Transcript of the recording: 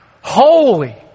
holy